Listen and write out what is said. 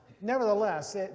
nevertheless